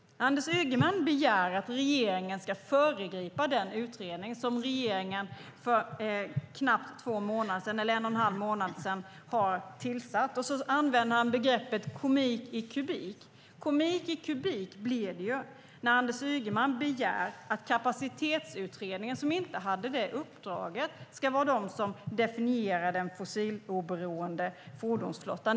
Anders Ygeman begär att regeringen ska föregripa den utredning som regeringen tillsatte för en och en halv månad sedan, och så använder han begreppet "komik i kubik". Komik i kubik blir det ju när Anders Ygeman begär att Kapacitetsutredningen, som inte hade det uppdraget, ska vara den som definierar den fossiloberoende fordonsflottan.